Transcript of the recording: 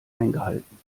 eingehalten